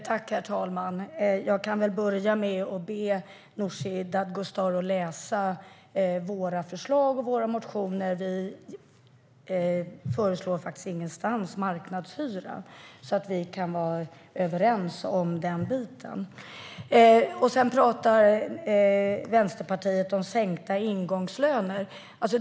Herr talman! Jag får be Nooshi Dadgostar att läsa våra förslag och motioner. Ingenstans föreslår vi marknadshyra. Låt oss vara överens om det. Vänsterpartiet talar om sänkta ingångslöner.